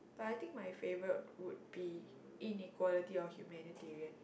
but I think my favourite would be Inequality of Humanitarian